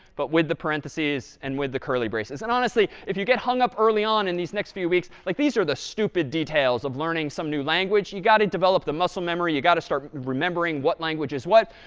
but with the parentheses and with the curly braces. and honestly, if you get hung up early on in these next few weeks like, these are the stupid details of learning some new language. you've got to develop the muscle memory. you've got to start remembering what language is what.